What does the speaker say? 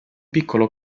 piccolo